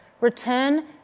Return